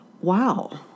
wow